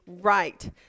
Right